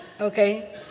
Okay